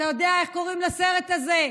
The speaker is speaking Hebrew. אתה יודע איך קוראים לסרט הזה?